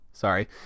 Sorry